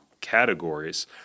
categories